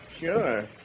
Sure